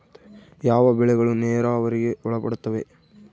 ಯಾವ ಬೆಳೆಗಳು ನೇರಾವರಿಗೆ ಒಳಪಡುತ್ತವೆ?